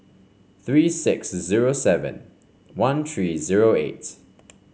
three six zero seven one three zero eight